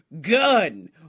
gun